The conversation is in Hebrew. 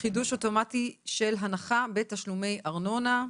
(חידוש אוטומטי של הנחה בתשלומי ארנונה)